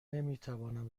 نمیتوانم